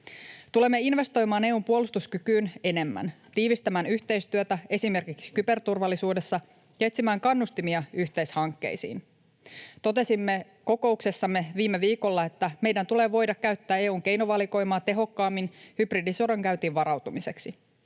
Tulemme investoimaan EU:n puolustuskykyyn enemmän, tiivistämään yhteistyötä esimerkiksi kyberturvallisuudessa ja etsimään kannustimia yhteishankkeisiin. Totesimme kokouksessamme viime viikolla, että meidän tulee voida käyttää EU:n keinovalikoimaa tehokkaammin hybridisodankäyntiin varautumiseksi.